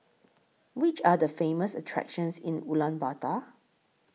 Which Are The Famous attractions in Ulaanbaatar